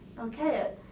Okay